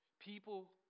People